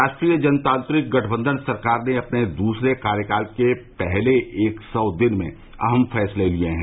राष्ट्रीय जनतांत्रिक गठबंधन सरकार ने अपने दूसरे कार्यकाल के पहले एक सौ दिन में अहम फैसले लिए हैं